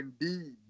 indeed